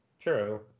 true